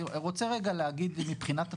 אני רוצה רגע להגיד מבחינת התפיסות,